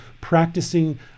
practicing